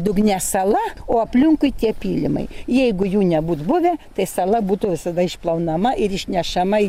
dugne sala o aplinkui tie pylimai jeigu jų nebūt buvę tai sala būtų visada išplaunama ir išnešama į